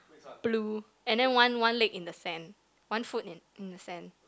blue and then one one leg in the sand one foot in in the sand